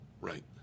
Right